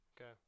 okay